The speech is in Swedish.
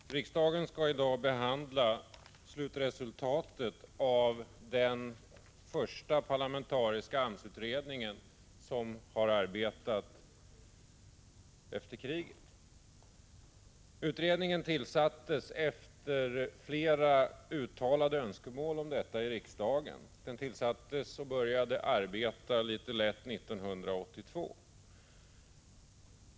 Herr talman! Riksdagen skall i dag behandla slutresultatet av den första parlamentariska utredningen om AMS som har arbetat efter kriget. Utredningen tillsattes efter att det vid flera tillfällen i riksdagen hade uttalats önskemål om en utredning. Den tillsattes och började sitt arbete 1982.